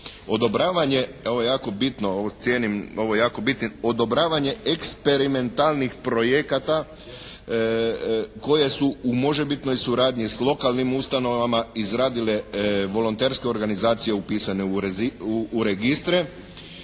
odobravanje eksperimentalnih projekata koje su u možebitnoj suradnji s lokalnim ustanovama izradile volonterske organizacije upisane u registre